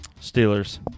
Steelers